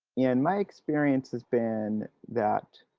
yeah and my experience has been that,